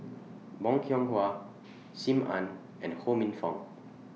Bong Hiong Hwa SIM Ann and Ho Minfong